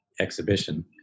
exhibition